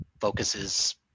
focuses